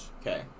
okay